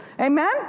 Amen